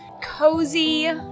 cozy